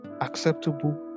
acceptable